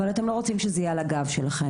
אבל אתם לא רוצים שזה יהיה על הגב שלכם.